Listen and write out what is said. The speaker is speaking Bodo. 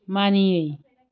मानियै